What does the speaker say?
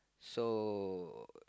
so